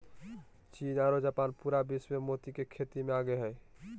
चीन आरो जापान पूरा विश्व मे मोती के खेती मे आगे हय